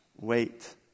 Wait